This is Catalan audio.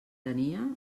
tenia